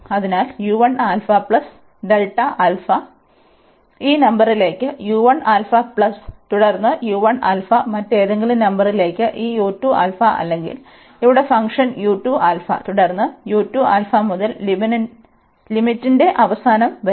അതിനാൽ ഈ നമ്പറിലേക്ക് പ്ലസ് തുടർന്ന് മറ്റേതെങ്കിലും നമ്പറിലേക്ക് ഈ അല്ലെങ്കിൽ ഇവിടെ ഫംഗ്ഷൻ തുടർന്ന് മുതൽ ലിമിറ്റിന്റെ അവസാനം വരെ